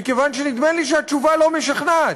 מכיוון שנדמה לי שהתשובה לא משכנעת.